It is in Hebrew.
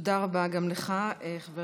תודה רבה גם לך, חבר